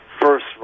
first